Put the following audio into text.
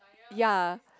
ya